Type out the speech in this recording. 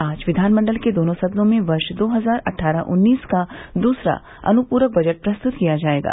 आज विधानमंडल के दोनों सदनों में वर्ष दो हजार अट्ठारह उन्नीस का दूसरा अनुपूरक बजेट प्रस्तुत किया जायेगा